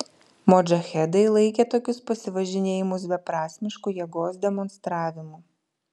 modžahedai laikė tokius pasivažinėjimus beprasmišku jėgos demonstravimu